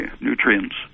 nutrients